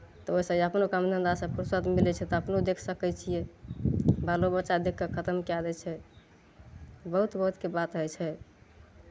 ओ तऽ अपनो काम धन्धासँ फुर्सत मिलै छै तऽ अपनो देखि सकै छियै बालो बच्चा देखि कऽ खतम कए दै छै बहुत बहुतके बात होइ छै